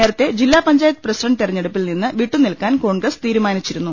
നേരത്തെ ജില്ലാ പഞ്ചായത്ത് പ്രസിഡന്റ് തെരഞ്ഞെടുപ്പിൽ നിന്ന് വിട്ടു നിൽക്കാൻ കോൺഗ്രസ് തീരുമാനിച്ചിരുന്നു